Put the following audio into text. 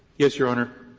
yes, your honor.